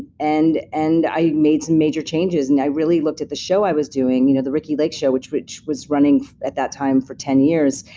and and i made some major changes. and i really looked at the show i was doing, you know the ricki lake show, which which was running at that time, for ten years,